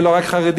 ולא רק חרדים,